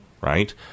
right